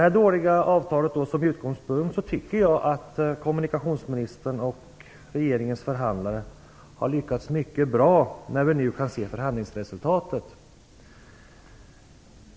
När vi nu kan se förhandlingsresultatet tycker jag att kommunikationsministern och regeringens förhandlare har lyckats mycket bra med detta dåliga avtal som utgångspunkt.